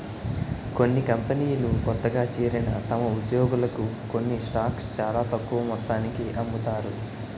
కొన్ని కంపెనీలు కొత్తగా చేరిన తమ ఉద్యోగులకు కొన్ని స్టాక్స్ చాలా తక్కువ మొత్తానికి అమ్ముతారు